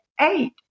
eight